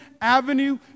Avenue